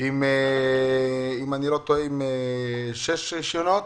עם 6 רישיונות,